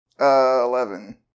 Eleven